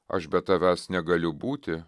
aš be tavęs negaliu būti